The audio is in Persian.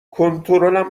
کنترلم